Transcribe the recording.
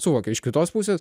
suvokia iš kitos pusės